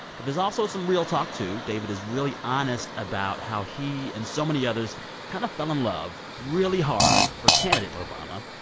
but there's also some real talk, too. david is really honest about how he and so many others kind of fell in love really hard for candidate obama.